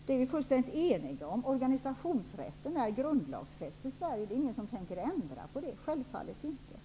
Vi är fullständigt eniga om organisationsrätten; den är grundlagsfäst i Sverige. Självfallet tänker ingen ändra på det.